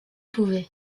pouvait